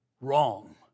wrong